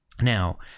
Now